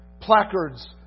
placards